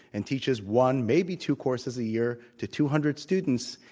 and teaches one, maybe two courses a year to two hundred students,